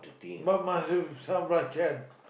but must have some belacan